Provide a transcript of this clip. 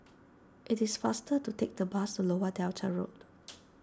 it is faster to take the bus to Lower Delta Road